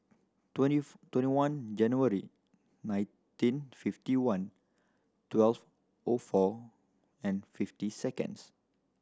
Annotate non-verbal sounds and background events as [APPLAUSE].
twenty [UNINTELLIGIBLE] twenty one January nineteen fifty one twelve O four and fifty seconds